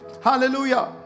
hallelujah